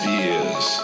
years